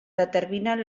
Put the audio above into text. determinen